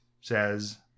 says